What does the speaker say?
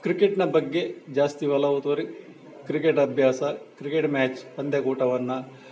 ಕ್ರಿಕೆಟ್ನ ಬಗ್ಗೆ ಜಾಸ್ತಿ ಒಲವು ತೋರಿ ಕ್ರಿಕೆಟ್ ಅಭ್ಯಾಸ ಕ್ರಿಕೆಟ್ ಮ್ಯಾಚ್ ಪಂದ್ಯ ಕೂಟವನ್ನು